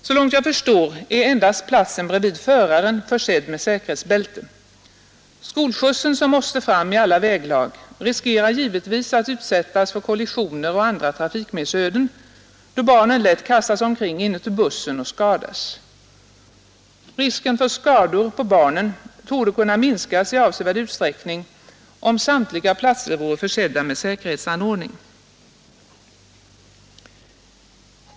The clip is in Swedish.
Så långt jag förstår är endast platsen bredvid föraren försedd med säkerhetsbälte. Skolskjutsen, som måste fram i alla väglag, riskerar givetvis att utsättas för kollisioner och andra trafikmissöden, då barnen lätt kastas omkring inne i bussen och skadas. Risken för skador på barnen torde kunna minskas i avsevärd utsträckning, om samtliga platser vore försedda med säkerhetsanordning.